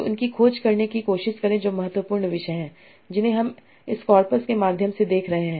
तो इनकी खोज करने की कोशिश करें जो महत्वपूर्ण विषय हैं जिन्हें हम इस कॉर्पस के माध्यम से देख रहे हैं